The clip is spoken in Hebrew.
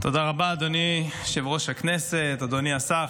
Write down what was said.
אדוני השר,